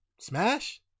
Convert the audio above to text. Smash